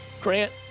grant